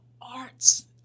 arts